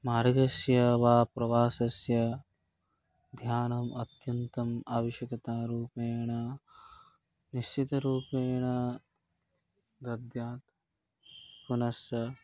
मार्गस्य वा प्रवासस्य ध्यानम् अत्यन्तम् आवश्यकतारूपेण निश्चितरूपेण दद्यात्पुनश्च